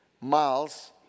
miles